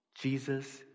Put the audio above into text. Jesus